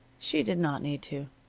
she did not need to.